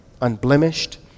unblemished